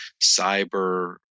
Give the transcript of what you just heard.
cyber